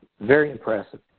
very impressive.